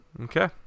Okay